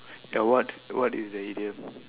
ya what what is the idiom